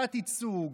תת-ייצוג,